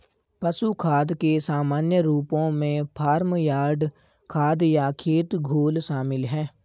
पशु खाद के सामान्य रूपों में फार्म यार्ड खाद या खेत घोल शामिल हैं